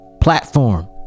platform